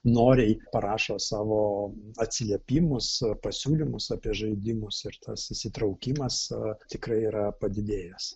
noriai parašo savo atsiliepimus ar pasiūlymus apie žaidimus ir tas įsitraukimas tikrai yra padidėjęs